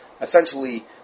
essentially